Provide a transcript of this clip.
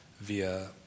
via